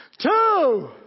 Two